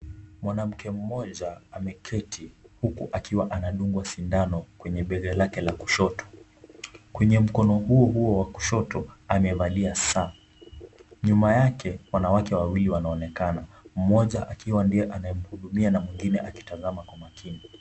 Mwanamke mmoja ameketi huku akiwa anadungwa sindano kwenye bega lake la kushoto. Kwenye mkono huo huo wa kushoto amevalia saa. Nyuma yake wanawake wawili wanaonekana mmoja akiwa ndiye anayemhudumia na mwengine akitazama kwa umakini.